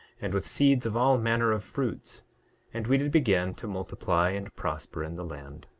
and with seeds of all manner of fruits and we did begin to multiply and prosper in the land.